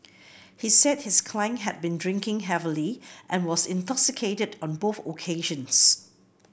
he said his client had been drinking heavily and was intoxicated on both occasions